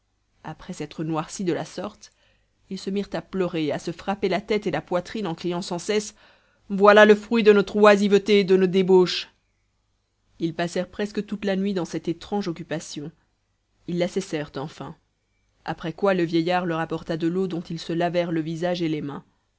après s'être noircis de la sorte ils se mirent a pleurer et à se frapper la tête et la poitrine en criant sans cesse voilà le fruit de notre oisiveté et de nos débauches ils passèrent presque toute la nuit dans cette étrange occupation ils la cessèrent enfin après quoi le vieillard leur apporta de l'eau dont ils se lavèrent le visage et les mains